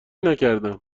نکردم